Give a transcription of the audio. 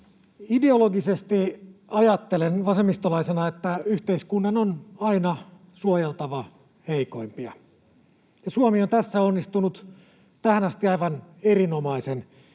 Ideologisesti ajattelen vasemmistolaisena, että yhteiskunnan on aina suojeltava heikoimpia. Suomi on tässä onnistunut tähän asti aivan erinomaisen